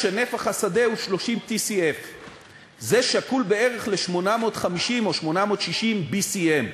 שנפח השדה הוא 30 TCF. זה שקול בערך ל-850 או 860 BCM,